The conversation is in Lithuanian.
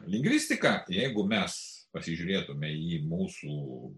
lingvistika jeigu mes pasižiūrėtume į mūsų